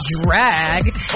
drag